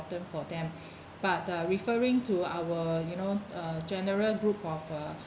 for them but uh referring to our you know uh general group of a